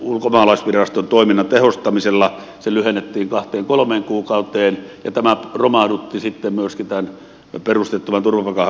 ulkomaalaisviraston toiminnan tehostamisella se lyhennettiin kahteen kolmeen kuukauteen ja tämä romahdutti sitten myöskin tämän perusteettomien turvapaikanhakijoiden määrän